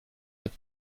mit